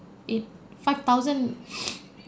if five thousand